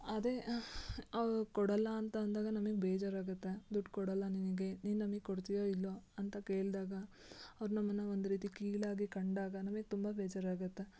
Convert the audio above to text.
ಅದೇ ಅವ್ರು ಕೊಡಲ್ಲ ಅಂತ ಅಂದಾಗ ನಮಿಗೆ ಬೇಜಾರಾಗುತ್ತೆ ದುಡ್ಡು ಕೊಡಲ್ಲ ನಿನಗೆ ನೀನು ನಮಿಗೆ ಕೊಡ್ತೀವೊ ಇಲ್ಲವೊ ಅಂತ ಕೇಳಿದಾಗ ಅವ್ರು ನಮ್ಮನ್ನ ಒಂದು ರೀತಿ ಕೀಳಾಗಿ ಕಂಡಾಗ ನಮಿಗೆ ತುಂಬ ಬೇಜಾರಾಗುತ್ತೆ